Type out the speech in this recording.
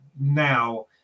now